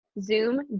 Zoom